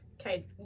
okay